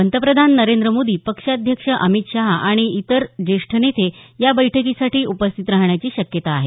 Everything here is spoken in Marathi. पंतप्रधान नरेंद्र मोदी पक्षाध्यक्ष अमित शाह आणि इतर ज्येष्ठ नेते या बैठकीसाठी उपस्थित राहण्याची शक्यता आहे